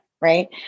right